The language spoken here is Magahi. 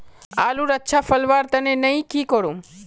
आलूर अच्छा फलवार तने नई की करूम?